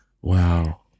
Wow